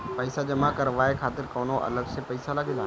पईसा जमा करवाये खातिर कौनो अलग से पईसा लगेला?